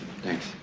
Thanks